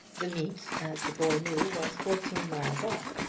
the meet, as the boy knew, was fourteen miles off,